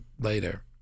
later